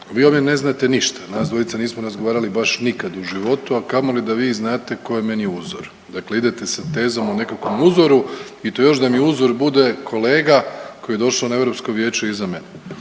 vi o meni ne znate ništa, nas dvojica nismo razgovarali baš nikad u životu, a kamoli da vi znate ko je meni uzor, dakle idete sa tezom o nekakvom uzoru i to još da mi uzor bude kolega koji je došao na Europsko vijeće iza mene,